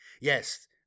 Yes